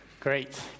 Great